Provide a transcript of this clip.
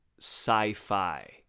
sci-fi